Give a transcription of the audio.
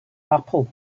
apple